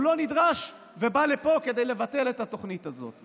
ולא נדרש ובא לפה כדי לבטל את התוכנית הזאת?